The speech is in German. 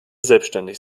selbständig